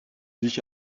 sich